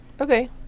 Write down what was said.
okay